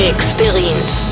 Experience